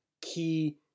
key